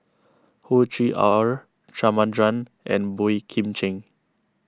Hoey Choo R and Boey Kim Cheng